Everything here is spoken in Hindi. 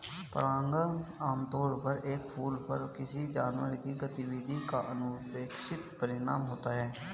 परागण आमतौर पर एक फूल पर किसी जानवर की गतिविधि का अनपेक्षित परिणाम होता है